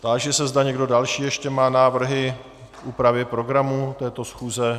Táži se, zda někdo další ještě má návrhy k úpravě programu této schůze.